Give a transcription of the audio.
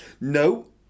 No